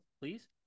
please